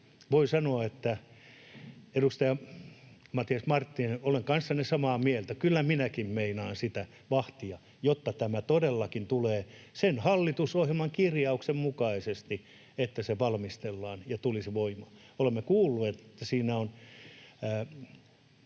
Voin sanoa, että edustaja Matias Marttinen, olen kanssanne samaa mieltä. Kyllä minäkin meinaan sitä vahtia, jotta tämä todellakin tulee sen hallitusohjelman kirjauksen mukaisesti, että se valmistellaan ja tulisi voimaan. Olemme kuulleet, että siinä on